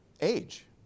age